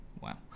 Wow